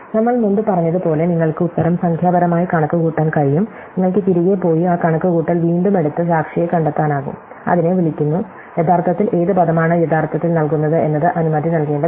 നമ്മൾ മുമ്പ് പറഞ്ഞതുപോലെ നിങ്ങൾക്ക് ഉത്തരം സംഖ്യാപരമായി കണക്കുകൂട്ടാൻ കഴിയും നിങ്ങൾക്ക് തിരികെ പോയി ആ കണക്കുകൂട്ടൽ വീണ്ടും എടുത്ത് സാക്ഷിയെ കണ്ടെത്താനാകും അതിനെ വിളിക്കുന്നു യഥാർത്ഥത്തിൽ ഏത് പദമാണ് യഥാർത്ഥത്തിൽ നൽകുന്നത് എന്നത് അനുമതി നൽകേണ്ടതുണ്ട്